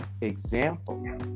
example